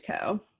Co